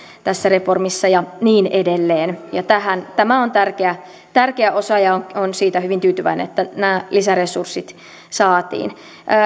tässä reformissa ja niin edelleen tämä on tärkeä tärkeä osa ja olen siitä hyvin tyytyväinen että nämä lisäresurssit saatiin